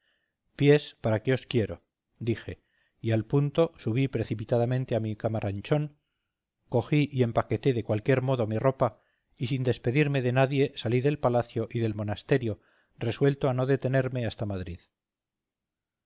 pies para qué os quiero dije y al punto subí precipitadamente a mi camaranchón cogí y empaqueté de cualquier modo mi ropa y sin despedirme de nadie salí del palacio y del monasterio resuelto a no detenerme hasta madrid